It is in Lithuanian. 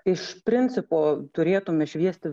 iš principo turėtume šviesti